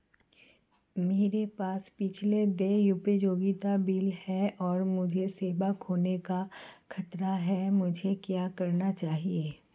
मेरे पास पिछले देय उपयोगिता बिल हैं और मुझे सेवा खोने का खतरा है मुझे क्या करना चाहिए?